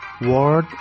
word